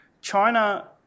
China